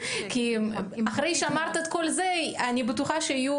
כי אחרי שאמרת את כל זה אני בטוחה שיהיו